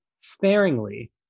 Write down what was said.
sparingly